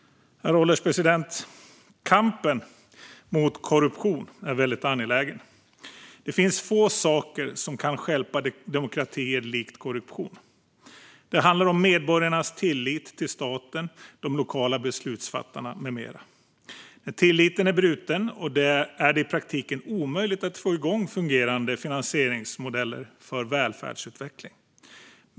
Herr ålderspresident! Kampen mot korruption är mycket angelägen. Det finns få saker som likt korruption kan stjälpa demokratier. Det handlar om medborgarnas tillit till staten, de lokala beslutsfattarna med mera. När tilliten är bruten är det i praktiken omöjligt att få igång fungerande finansieringsmodeller för välfärdsutveckling.